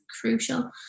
crucial